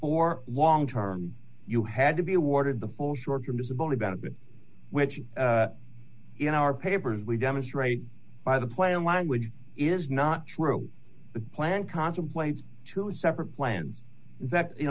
for long term you had to be awarded the full short term disability benefit which in our papers we demonstrate by the plain language is not true the plan contemplates two separate plans that you